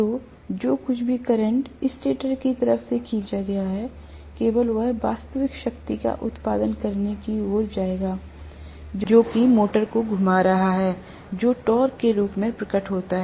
तो जो कुछ भी करंट स्टेटर की तरफ से खींचा गया हैकेवल वह वास्तविक शक्ति का उत्पादन करने की ओर जाएगा जो कि मोटर को घुमा रहा है जो टॉर्क के रूप में प्रकट होता है